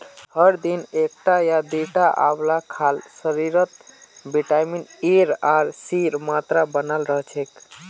हर दिन एकटा या दिता आंवला खाल शरीरत विटामिन एर आर सीर मात्रा बनाल रह छेक